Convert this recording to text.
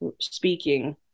speaking